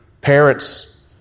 Parents